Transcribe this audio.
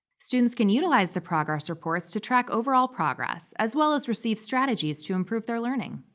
students can utilize the progress reports to track overall progress as well as receive strategies to improve their learning.